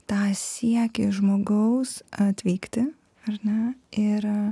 tą siekį žmogaus atvykti ar ne ir